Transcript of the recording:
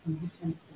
different